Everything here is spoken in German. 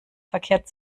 verkehrt